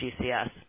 GCS